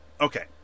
Okay